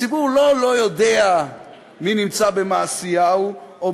הציבור לא לא-יודע מי נמצא ב"מעשיהו" או